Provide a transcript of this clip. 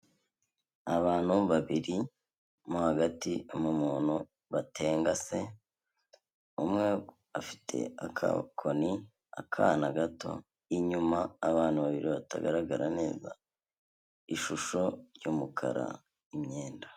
Abantu babiri mo hagati harimo umuntu batengase, umwe afite agakoni akana gato inyuma abana babiri batagaragara neza, ishusho y'umukara, imyenda.